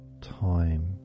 time